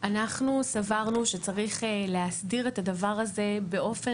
אנחנו סברנו שצריך להסדיר את הדבר הזה באופן